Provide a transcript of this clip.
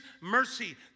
mercy